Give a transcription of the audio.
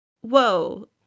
Whoa